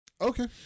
Okay